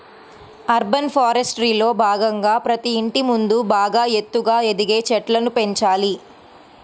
urban ఫారెస్ట్రీలో భాగంగా ప్రతి ఇంటి ముందు బాగా ఎత్తుగా ఎదిగే చెట్లను పెంచాలి